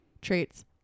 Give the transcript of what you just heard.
traits